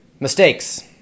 Mistakes